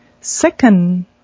Second